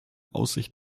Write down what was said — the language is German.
aussicht